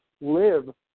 live